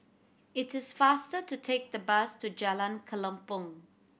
it is faster to take the bus to Jalan Kelempong